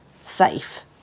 safe